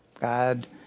God